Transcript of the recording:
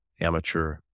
amateur